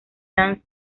dance